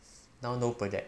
now no project